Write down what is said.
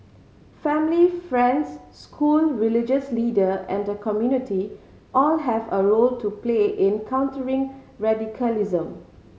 family friends school religious leader and the community all have a role to play in countering radicalism